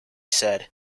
said